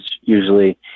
usually